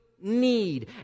need